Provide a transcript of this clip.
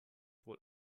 wohl